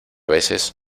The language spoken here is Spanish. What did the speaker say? veces